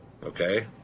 Okay